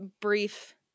brief